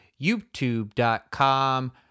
youtube.com